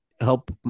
help